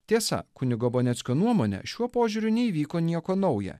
tiesa kunigo bonieckio nuomone šiuo požiūriu neįvyko nieko nauja